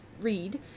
read